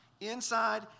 Inside